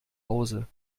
hause